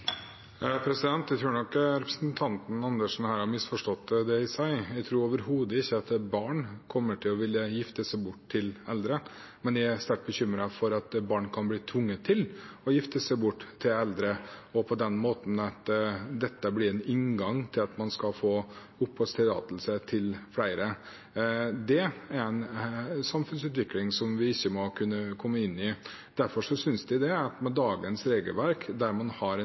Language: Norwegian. Jeg tror nok representanten Andersen har misforstått det jeg sier. Jeg tror overhodet ikke at barn kommer til å ville gifte seg bort til eldre, men jeg er sterkt bekymret for at barn kan bli tvunget til å gifte seg bort til eldre – at dette blir en inngang til det å få oppholdstillatelse for flere. Det er en samfunnsutvikling som vi ikke må kunne komme inn i. Derfor synes jeg at dagens regelverk, der man har en